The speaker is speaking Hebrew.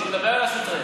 נו, דבר על השוטרים.